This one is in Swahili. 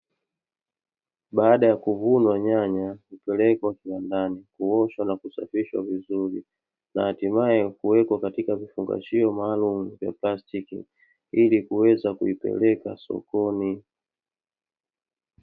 Baada ya kuvunwa nyanya hupelekwa kiwandani huoshwa na kusafisha vizuri, na hatimaye huwekwa kwenye vifungashio maalum vya plastiki ili kuweza kuvipeleka sokoni.